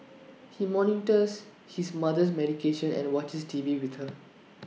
he monitors his mother's medication and watches T V with her